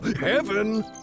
heaven